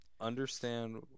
understand